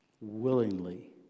Willingly